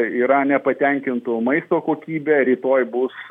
yra nepatenkintų maisto kokybe rytoj bus